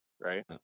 right